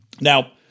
Now